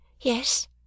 Yes